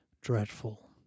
dreadful